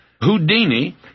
Houdini